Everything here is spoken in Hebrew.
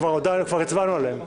כבר הצבענו עליהם.